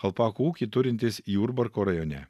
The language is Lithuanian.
alpakų ūkį turintys jurbarko rajone